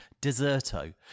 Deserto